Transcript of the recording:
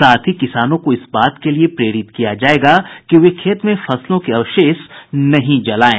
साथ ही किसानों को इस बात के लिए प्रेरित किया जायेगा कि वे खेत में फसलों के अवशेष नहीं जलायें